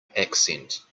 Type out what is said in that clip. accent